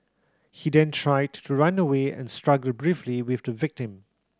he then tried to run away and struggled briefly with the victim